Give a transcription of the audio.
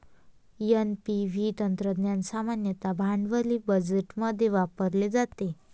NPV तंत्रज्ञान सामान्यतः भांडवली बजेटमध्ये वापरले जाते